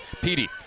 Petey